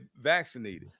vaccinated